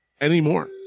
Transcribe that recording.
anymore